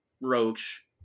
Roach